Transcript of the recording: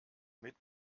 mit